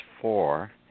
four